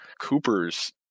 Cooper's